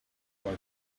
what